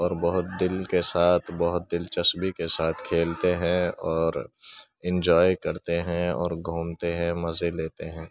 اور بہت دل کے ساتھ بہت دلچسپی کے ساتھ کھیلتے ہیں اور انجوائے کرتے ہیں اور گھومتے ہیں مزے لیتے ہیں